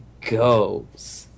goes